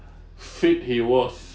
faith it was